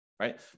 Right